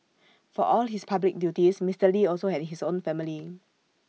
for all his public duties Mister lee also had his own family